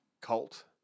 cult